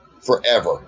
forever